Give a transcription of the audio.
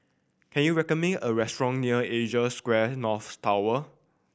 can you recommend me a restaurant near Asia Square North Tower